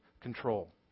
control